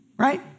right